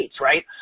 right